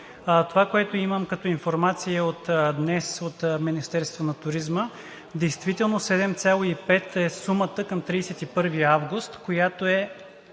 Това, което имам като информация от днес от Министерството на туризма, е, че действително 7,5 е сумата към 31 август, която е